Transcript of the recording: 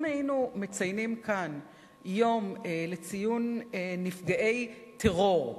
אם היינו מציינים כאן יום לציון נפגעי טרור,